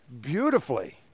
beautifully